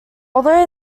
although